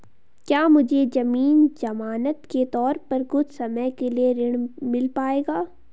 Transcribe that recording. क्या मुझे ज़मीन ज़मानत के तौर पर कुछ समय के लिए ऋण मिल पाएगा?